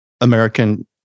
American